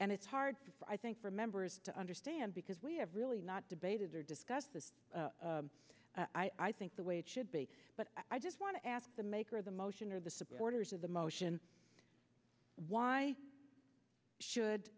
and it's hard i think for members to understand because we have really not debated or discussed this i think the way it should be but i just want to ask the maker of the motion or the supporters of the motion why should